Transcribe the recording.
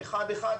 אחד אחד,